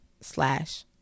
slash